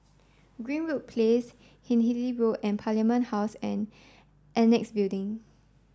Greenwood Place Hindhede Road and Parliament House and Annexe Building